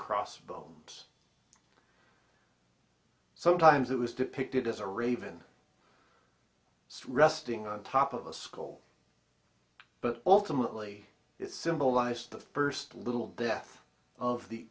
crossbones sometimes it was depicted as a raven resting on top of a school but ultimately it symbolized the first little death of the